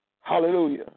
Hallelujah